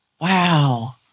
Wow